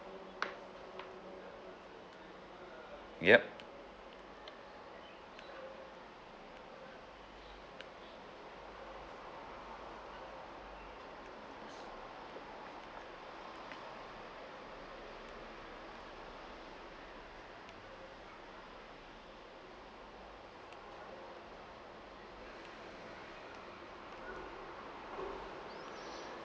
yup